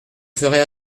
ferais